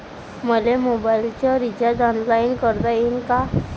मले मोबाईलच recharge online करता येईन का?